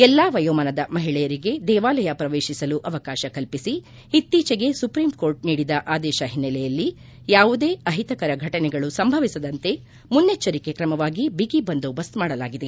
ಎಲ್ಲಾ ವಯೋಮಾನದ ಮಹಿಳೆಯರಿಗೆ ದೇವಾಲಯ ಪ್ರವೇಶಿಸಲು ಅವಕಾಶ ಕಲ್ಲಿಸಿ ಇತ್ತೀಚಿಗೆ ಸುಪ್ರೀಂಕೋರ್ಟ್ ನೀಡಿದ ಆದೇಶ ಹಿನ್ನೆಲೆಯಲ್ಲಿ ಯಾವುದೇ ಅಹಿತಕರ ಘಟನೆಗಳು ಸಂಭವಿಸದಂತೆ ಮುನ್ನೆಚ್ಚರಿಕೆ ಕ್ರಮವಾಗಿ ಬಿಗಿ ಬಂದೋಬಸ್ತ್ ಮಾಡಲಾಗಿದೆ